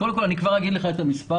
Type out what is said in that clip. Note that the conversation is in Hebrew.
כבר אגיד לך את המספר.